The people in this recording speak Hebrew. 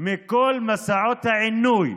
מכל מסעות העינוי